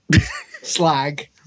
slag